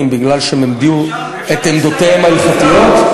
בגלל שהם הביעו את עמדותיהם ההלכתיות,